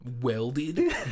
welded